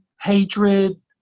hatred